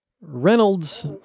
Reynolds